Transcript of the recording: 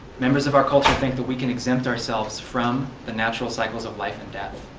members of our culture think that we can exempt ourselves from the natural cycles of life and death.